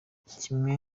kimwe